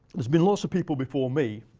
there's been lots of people before me